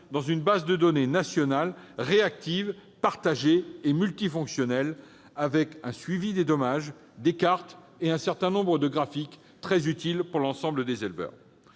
dans une base de données nationale réactive, partagée et multifonctionnelle, qui comportera un suivi des dommages, des cartes, et un certain nombre de graphiques très utiles pour l'ensemble des éleveurs.